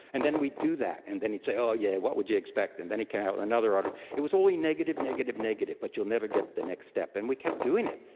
and then we'd do that. and then he'd say, oh yeah, what would you expect and then he came out with another article. ah it was only negative, negative, negative but you'll never get the next step. and we kept doing it.